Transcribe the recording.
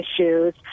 issues